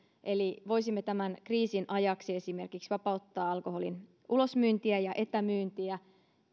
eli voisimme tämän kriisin ajaksi esimerkiksi vapauttaa alkoholin ulosmyyntiä ja etämyyntiä